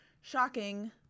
Shocking